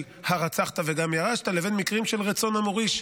"הרצחת וגם ירשת" לבין מקרים של רצון המוריש.